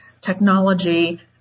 technology